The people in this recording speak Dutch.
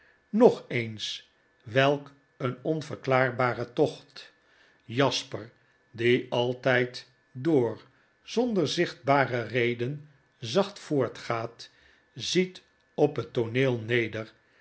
nog eens welk een onverklaarbare tocht jasper die altijd door zonder zichtbare reden zacht voortgaat ziet op het tooneel neder